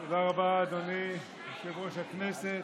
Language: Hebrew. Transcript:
תודה רבה, אדוני יושב-ראש הכנסת.